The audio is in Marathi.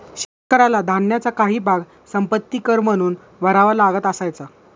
शेतकऱ्याला धान्याचा काही भाग संपत्ति कर म्हणून भरावा लागत असायचा